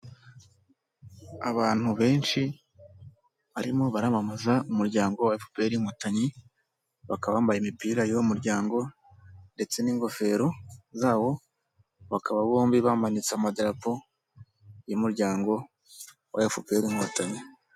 Abantu benshi barimo baramamaza umuryango Efuperi Inkotanyi bakaba bambaye imipira y'uwo muryango ndetse n'ingofero zawo, bakaba bombi bamanitse amadarapo y'umuryango Efuperi Inkotanyi.